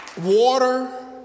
water